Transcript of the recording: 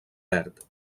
verd